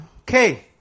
okay